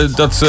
dat